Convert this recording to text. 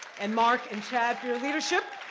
and mark and chad for your leadership,